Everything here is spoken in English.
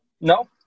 No